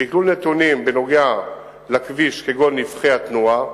שקלול נתונים בנוגע לכביש, כגון נפחי התנועה,